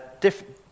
different